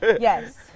Yes